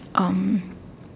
um